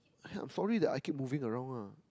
!aiay! I'm sorry that I keep moving around ah